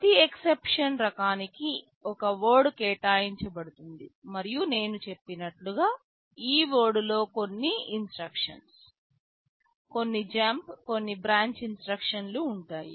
ప్రతి ఎక్సెప్షన్ రకానికి ఒక వర్డ్ కేటాయించబడుతుంది మరియు నేను చెప్పినట్లుగా ఈ వర్డ్ లో కొన్ని ఇన్స్ట్రక్షన్స్ కొన్ని జంప్ కొన్ని బ్రాంచ్ ఇన్స్ట్రక్షన్ ఉంటాయి